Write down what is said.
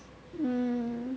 mm